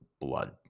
blood